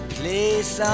place